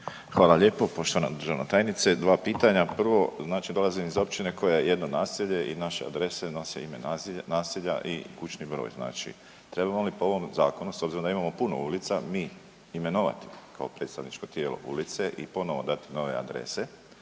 Hvala lijepo poštovana državna tajnice. Dva pitanja. Prvo, dolazim iz općine koja je jedno naselje i naša adresa nosi ime naselja i kućni broj. Znači, treba li po ovom Zakonu, s obzirom da imamo puno ulica mi imenovati kao predstavničko tijelo ulice i ponovno dati nove adrese,